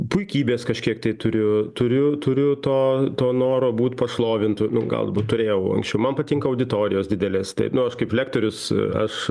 puikybės kažkiek tai turiu turiu turiu to to noro būt pašlovintu nu galbūt turėjau anksčiau man patinka auditorijos didelės taip nu aš kaip lektorius aš